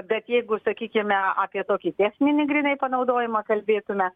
bet jeigu sakykime apie tokį techninį grynai panaudojimą kalbėtume